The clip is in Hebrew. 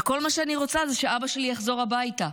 וכל מה שאני רוצה זה שאבא שלי יחזור הביתה.